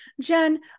jen